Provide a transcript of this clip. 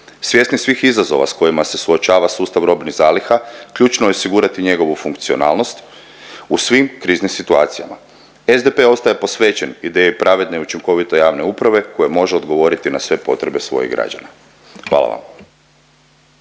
Svjesni svih izazova s kojima se suočava sustav robnih zaliha ključno je osigurati njegovu funkcionalnost u svim kriznim situacijama. SDP ostaje posvećen ideji pravedne i učinkovite javne uprave koje može odgovoriti na sve potrebe svojih građana, hvala vam.